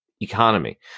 economy